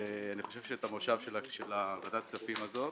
ואת המושב הזה של ועדת הכספים.